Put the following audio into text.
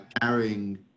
carrying